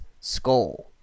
skull